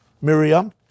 Miriam